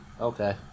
Okay